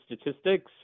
statistics